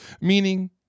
Meaning